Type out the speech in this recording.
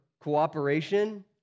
cooperation